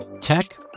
Tech